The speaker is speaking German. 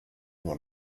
nur